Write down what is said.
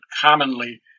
commonly